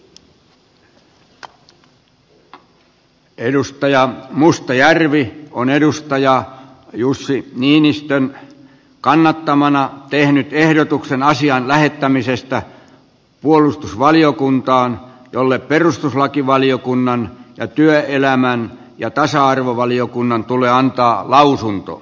edustaja markus mustajärvi on edustaja jussi niinistön kannattamana tehnyt ehdotuksen asian lähettämisestä puolustusvaliokuntaan jolle perustuslakivaliokunnan ja työelämä ja tasa arvovaliokunnan tulee antaa lausunto